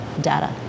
data